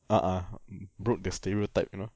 a'ah broke the stereotype you know